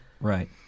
Right